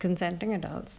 consenting adults